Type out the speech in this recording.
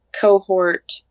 cohort